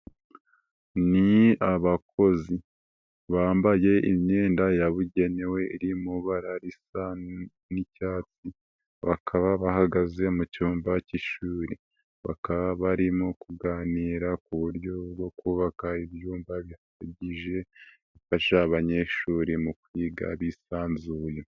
Ni abakozi bambaye imyenda yabugenewe iri mu bara n'icyatsi bakaba bahagaze mu cyumba cy'ishuri bakaba barimo kuganira ku buryo bwo kubaka ibyumba bihagije byafasha abanyeshuri mu kwiga bisanzuye.